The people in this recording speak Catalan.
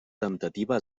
temptativa